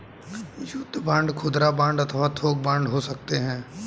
युद्ध बांड खुदरा बांड अथवा थोक बांड हो सकते हैं